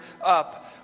up